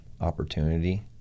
opportunity